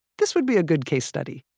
this would be a good case study